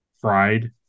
Fried